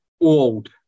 old